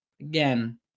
Again